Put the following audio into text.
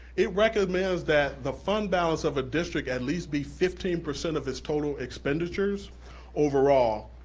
it recommends that the fund balance of district at least be fifteen percent of its total expenditures overall.